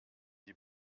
die